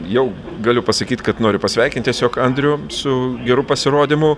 jau galiu pasakyt kad noriu pasveikint tiesiog andrių su geru pasirodymu